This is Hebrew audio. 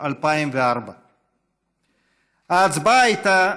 ההתנתקות אומנם התבצעה בקיץ,